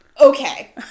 Okay